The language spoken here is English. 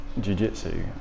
Jiu-Jitsu